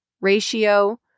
ratio